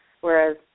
whereas